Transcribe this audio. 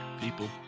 People